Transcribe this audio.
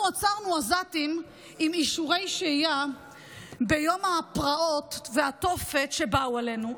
אנחנו עצרנו עזתים עם אישורי שהייה ביום הפרעות והתופת שבא עלינו.